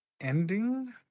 ending